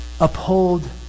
uphold